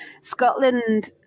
Scotland